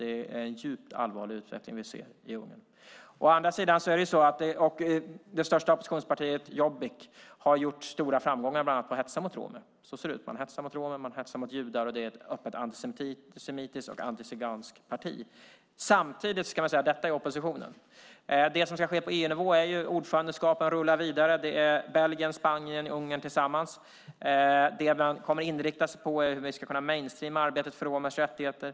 Det är en djupt allvarlig utveckling vi ser i Ungern. Å andra sidan har det största oppositionspartiet Jobbik haft stora framgångar genom att hetsa mot romer. Man hetsar mot romer och judar. Det är ett öppet antisemitiskt och antizigenskt parti. Samtidigt ska man säga att detta är oppositionen. Det som sker på EU-nivå är att ordförandeskapen rullar vidare. Det är Belgien, Spanien och Ungern tillsammans. Det man inriktar sig på är hur vi ska kunna "mainstreama" arbetet för romernas rättigheter.